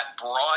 broad